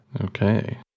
Okay